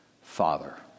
father